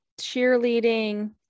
cheerleading